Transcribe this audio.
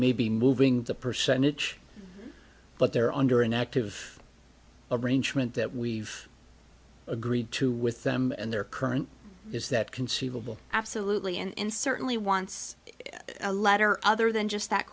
may be moving the percentage but they're under an active arrangement that we've agreed to with them and their current is that conceivable absolutely and certainly once a letter other than just that